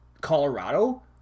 Colorado